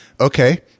Okay